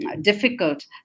difficult